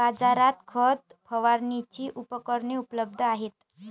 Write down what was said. बाजारात खत फवारणीची उपकरणे उपलब्ध आहेत